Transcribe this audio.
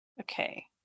Okay